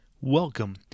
Welcome